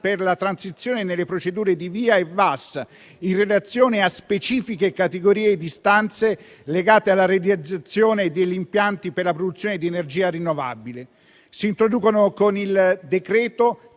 per la transizione nelle procedure di VIA e VAS in relazione a specifiche categorie di istanze legate alla realizzazione degli impianti per la produzione di energia rinnovabile. Con il decreto